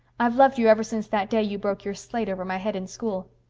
i've loved you ever since that day you broke your slate over my head in school.